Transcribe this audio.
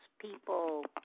people